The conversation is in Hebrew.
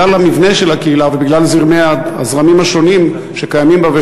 בגלל המבנה של הקהילה ובגלל הזרמים השונים שקיימים בה,